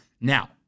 Now